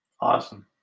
Awesome